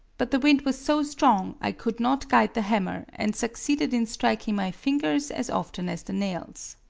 but the wind was so strong i could not guide the hammer and succeeded in striking my fingers as often as the nails.